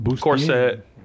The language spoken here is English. Corset